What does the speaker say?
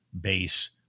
base